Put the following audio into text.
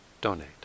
donate